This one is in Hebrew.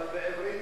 אבל בעברית